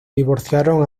divorciaron